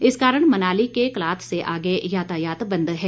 इस कारण मनाली के कलाथ से आगे यातायात बंद है